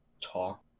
talk